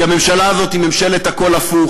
כי הממשלה הזאת היא ממשלת הכול הפוך,